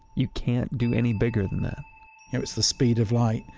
you can't do any bigger than that it was the speed of light,